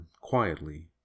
quietly